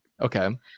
Okay